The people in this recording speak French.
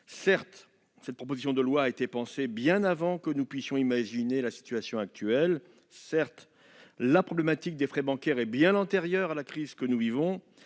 Certes, cette proposition de loi a été pensée bien avant que nous puissions imaginer la situation actuelle. Certes, la problématique des frais bancaires est bien antérieure à la crise que nous vivons.